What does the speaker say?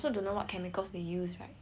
then like err